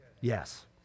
Yes